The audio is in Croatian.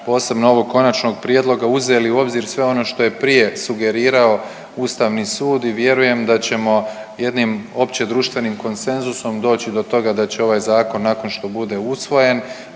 posebno ovog konačnog prijedloga uzeli u obzir sve ono što je prije sugerirao Ustavni sud i vjerujem da ćemo jednim opće društvenim konsenzusom doći do toga da će ovaj zakon nakon što bude usvojen